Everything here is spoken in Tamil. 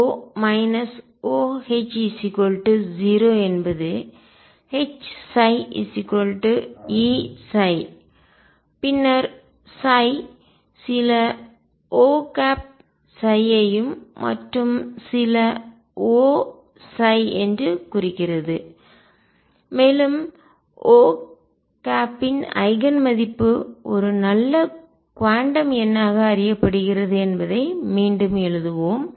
எனவே HO OH0 என்பது Hψ Eψ பின்னர் சில O ψ ஐயும் மற்றும் சில O ψ என்று குறிக்கிறது மேலும் Oஇன் ஐகன் மதிப்பு ஒரு நல்ல குவாண்டம் எண்ணாக அறியப்படுகிறது என்பதை மீண்டும் எழுதுவோம்